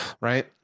right